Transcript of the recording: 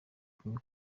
kimwe